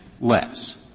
less